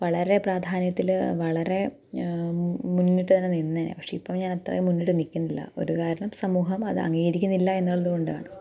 വളരെ പ്രാധാന്യത്തിൽ വളരെ മ് മുന്നിട്ട് തന്നെ നിന്നേനെ പക്ഷേ ഇപ്പം ഞാൻ അത്രയും മുന്നിട്ട് നിൽക്കുന്നില്ല ഒരു കാരണം സമൂഹം അത് അംഗീകരിക്കുന്നില്ല എന്നുള്ളത് കൊണ്ടാണ്